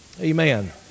Amen